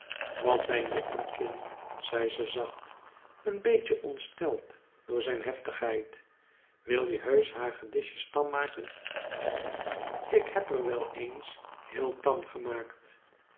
wat ben je een kind zei ze zacht een beetje ontsteld door zijn heftigheid wil je heusch hagedisjes tarn maken ik heb er wel eens heel tarn gemaakt